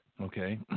Okay